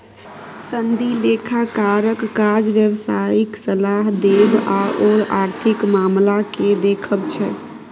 सनदी लेखाकारक काज व्यवसायिक सलाह देब आओर आर्थिक मामलाकेँ देखब छै